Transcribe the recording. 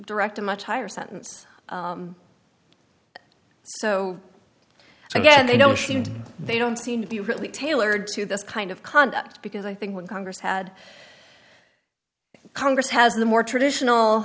direct a much higher sentence so again they don't they don't seem to be really tailored to this kind of conduct because i think what congress had congress has the more traditional